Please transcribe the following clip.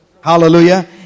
Hallelujah